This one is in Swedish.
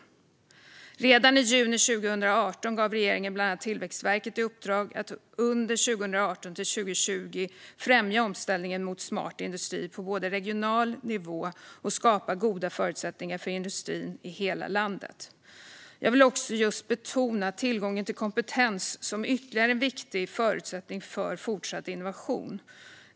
Redan i juni 2018 gav regeringen bland annat Tillväxtverket i uppdrag att under 2018-2020 främja omställningen mot smart industri på regional nivå och skapa goda förutsättningar för industrin i hela landet. Jag vill också betona tillgången till kompetens som ytterligare en viktig förutsättning för fortsatt innovation.